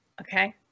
okay